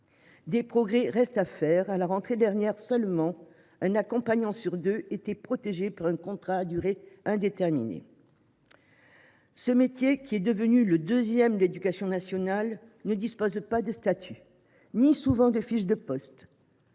Des progrès restent à faire. À la rentrée dernière, seulement un accompagnant sur deux était protégé par un contrat à durée indéterminée. Ce métier, qui est devenu le deuxième de l’éducation nationale, ne dispose pas de statut. Les emplois ne donnent